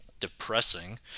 Depressing